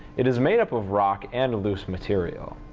it is made up of rock and loose material.